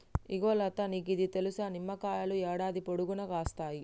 ఇగో లతా నీకిది తెలుసా, నిమ్మకాయలు యాడాది పొడుగునా కాస్తాయి